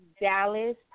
Dallas